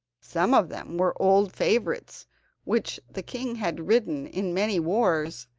some of them were old favourites which the king had ridden in many wars,